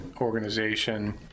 organization